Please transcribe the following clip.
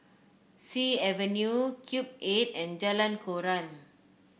Sea Avenue Cube Eight and Jalan Koran